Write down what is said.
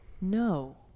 No